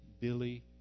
Billy